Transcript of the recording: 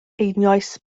einioes